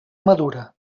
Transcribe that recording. madura